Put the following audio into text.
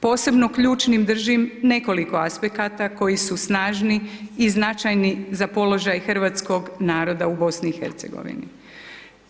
Posebno ključnim držim nekoliko aspekata koji su snažni i značajni za položaj Hrvatskog naroda u BiH-u.